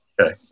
Okay